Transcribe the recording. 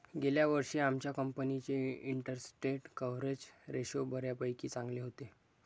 गेल्या वर्षी आमच्या कंपनीचे इंटरस्टेट कव्हरेज रेशो बऱ्यापैकी चांगले होते